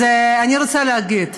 אז אני רוצה להגיב,